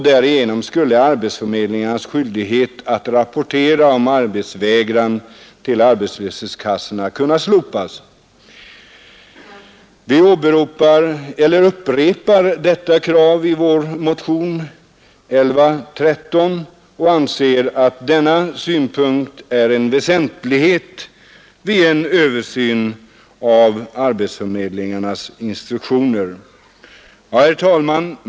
Därigenom skulle arbetsförmedlingarnas skyldighet att rapportera arbetsvägran till arbetslöshetskassorna kunna slopas. Vi upprepar detta krav i vår motion nr 1113 och anser att denna synpunkt är en väsentlighet vid en översyn av arbetsförmedlingarnas instruktioner. Herr talman!